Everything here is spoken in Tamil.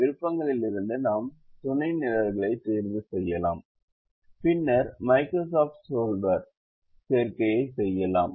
விருப்பங்களிலிருந்து நாம் துணை நிரல்களைச் தேர்வு செய்யலாம் பின்னர் மைக்ரோசாஃப்ட் சொல்வர் சேர்க்கையைச் செய்யலாம்